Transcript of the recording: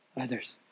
others